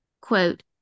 quote